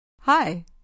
Hi